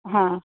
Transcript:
હા